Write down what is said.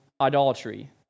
idolatry